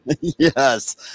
yes